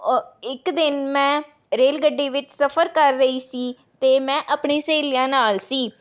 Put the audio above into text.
ਇੱਕ ਦਿਨ ਮੈਂ ਰੇਲਗੱਡੀ ਵਿੱਚ ਸਫ਼ਰ ਕਰ ਰਹੀ ਸੀ ਅਤੇ ਮੈਂ ਆਪਣੀ ਸਹੇਲੀਆਂ ਨਾਲ ਸੀ